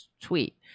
tweet